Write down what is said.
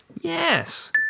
Yes